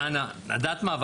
דנה, את יודעת מה?